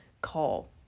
call